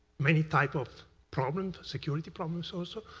many type of problems, security problems, also.